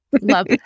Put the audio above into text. Love